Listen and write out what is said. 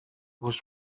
was